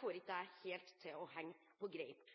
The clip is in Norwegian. får ikke jeg helt til å henge på greip.